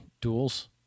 duels